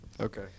Okay